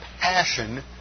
passion